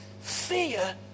fear